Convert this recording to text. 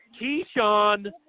Keyshawn